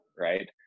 right